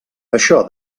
això